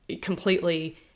completely